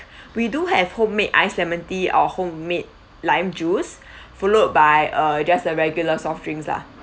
we do have homemade ice lemon tea our homemade lime juice followed by uh just a regular soft drinks lah